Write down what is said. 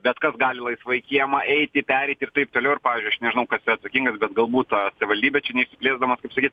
bet kas gali laisvai į kiemą eiti pereiti ir taip toliau ir pavyzdžiui aš nežinau kas yra atsakingas bet galbūt savivaldybė čia neišsiplėsdamas kaip sakyt